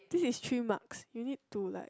this is three marks you need to like